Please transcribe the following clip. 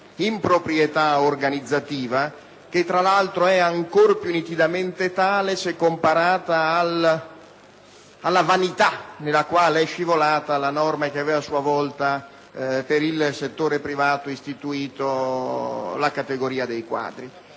improprietà organizzativa, che tra l'altro è ancora più nitidamente tale se comparata alla vanità nella quale è scivolata la norma, che aveva a sua volta, per il settore privato, istituito la categoria dei quadri.